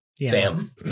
Sam